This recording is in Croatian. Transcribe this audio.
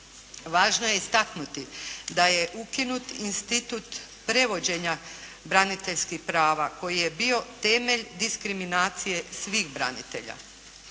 Važno je istaknuti da je ukinut institut prevođenja braniteljskih prava koji je bio temelj diskriminacije svih branitelja.